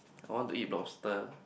I want to eat lobster